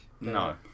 no